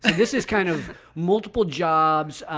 and this is kind of multiple jobs.